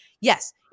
yes